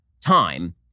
time